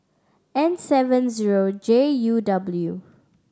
N seven zero J U W